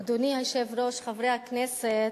אדוני היושב-ראש, חברי הכנסת,